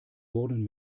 wurden